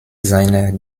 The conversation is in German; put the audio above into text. seiner